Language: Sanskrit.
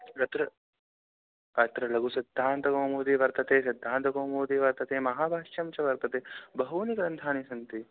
अत्र अत्र लघुसिद्धान्तकौमुदी वर्तते सिद्धान्तकौमुदी वर्तते महाभाष्यं च वर्तते बहूनि ग्रन्थानि सन्ति